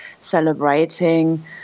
celebrating